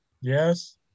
Yes